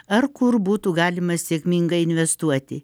ar kur būtų galima sėkmingai investuoti